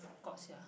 forgot sia